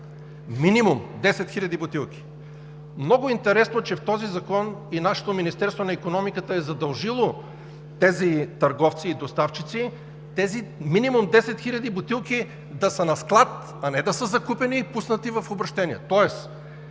Минимум 10 хил. бутилки! Много интересно, че в този закон и нашето Министерство на икономиката е задължило тези търговци и доставчици тези минимум 10 хил. бутилки да са на склад, а не да са закупени и пуснати в обращение.